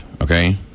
Okay